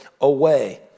away